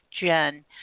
Jen